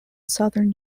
southern